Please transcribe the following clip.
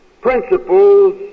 principles